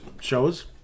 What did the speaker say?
shows